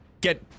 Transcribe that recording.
get